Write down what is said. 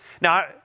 Now